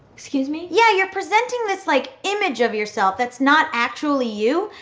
excuse me? yeah, you're presenting this like image of yourself that's not actually you,